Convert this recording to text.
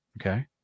Okay